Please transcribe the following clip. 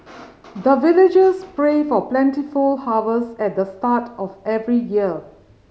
the villagers pray for plentiful harvest at the start of every year